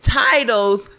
titles